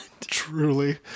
Truly